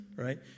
Right